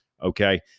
Okay